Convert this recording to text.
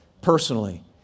personally